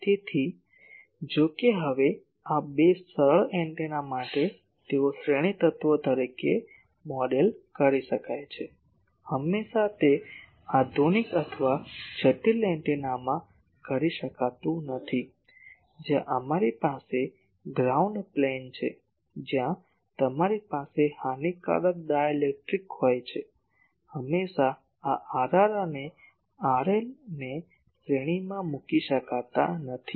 તેથી જો કે હવે આ બે સરળ એન્ટેના માટે તેઓ શ્રેણી તત્વો તરીકે મોડેલ કરી શકાય છે હંમેશાં તે આધુનિક અથવા જટિલ એન્ટેનામાં કરી શકાતું નથી જ્યાં તમારી પાસે ગ્રાઉન્ડ પ્લેન છે જ્યાં તમારી પાસે હાનિકારક ડાઇલેક્ટ્રિક હોય છે હંમેશા આ Rr અને Rl ને શ્રેણીમાં મૂકી શકાતા નથી